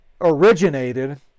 originated